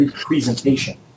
presentation